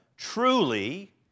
truly